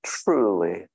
truly